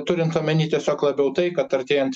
turint omeny tiesiog labiau tai kad artėjant